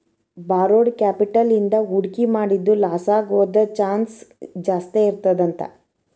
borrowed capital ಇಂದಾ ಹೂಡ್ಕಿ ಮಾಡಿದ್ದು ಲಾಸಾಗೊದ್ ಚಾನ್ಸ್ ಜಾಸ್ತೇಇರ್ತದಂತ